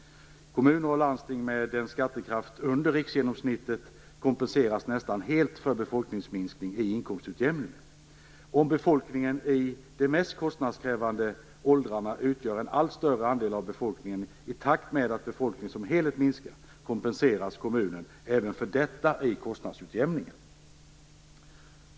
Kommuner och landsting med en skattekraft under riksgenomsnittet kompenseras nästan helt för befolkningsminskning i inkomstutjämningen. Om befolkningen i de mest kostnadskrävande åldrarna utgör en allt större andel av befolkningen, i takt med att befolkningen som helhet minskar, kompenseras kommunen även för detta i kostnadsutjämningen.